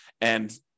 and-